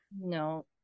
no